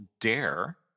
dare